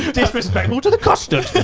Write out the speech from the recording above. disrespectful to the custard.